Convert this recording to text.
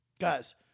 Guys